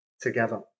together